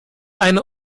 eine